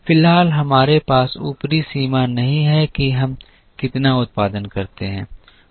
फिलहाल हमारे पास ऊपरी सीमा नहीं है कि हम कितना उत्पादन करते हैं